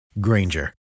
Granger